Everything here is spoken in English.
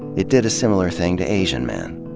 it did a similar thing to asian men.